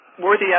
worthy